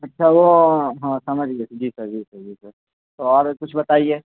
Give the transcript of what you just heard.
اچھا وہ ہاں سمجھ گئے تھے جی سر جی سر جی سر تو اور کچھ بتائیے